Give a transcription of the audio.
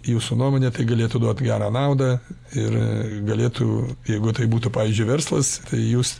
jūsų nuomone tai galėtų duot gerą naudą ir galėtų jeigu tai būtų pavyzdžiui verslas tai jūs